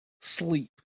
sleep